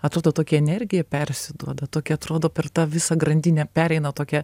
atrodo tokia energija persiduoda tokia atrodo per tą visą grandinę pereina tokia